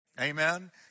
Amen